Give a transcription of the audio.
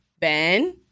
Ben